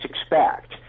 expect